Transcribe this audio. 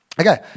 Okay